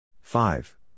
Five